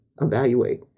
evaluate